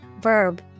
Verb